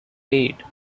paid